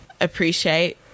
appreciate